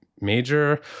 major